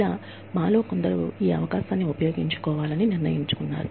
ఇలా మాలో కొందరు ఈ అవకాశాన్ని ఉపయోగించుకోవాలని నిర్ణయించుకున్నారు